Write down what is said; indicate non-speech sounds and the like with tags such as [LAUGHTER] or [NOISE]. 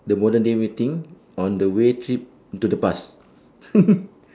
the modern day any thing on the way trip into the past [LAUGHS]